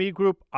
Group